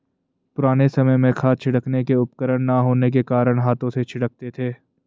पुराने समय में खाद छिड़कने के उपकरण ना होने के कारण हाथों से छिड़कते थे